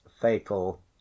fatal